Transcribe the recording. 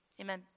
Amen